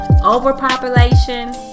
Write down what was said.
overpopulation